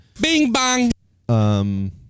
Bing-bong